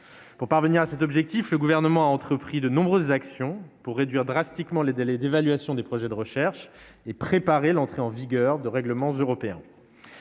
Pour y parvenir, le Gouvernement a engagé de nombreuses actions en vue de réduire drastiquement les délais d'évaluation des projets de recherche et de préparer l'entrée en vigueur de règlements européens.